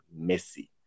Messi